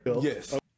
Yes